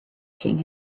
king